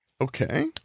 Okay